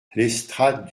l’estrade